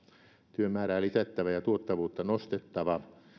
työn määrää lisättävä ja tuottavuutta nostettava